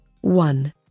one